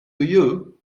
you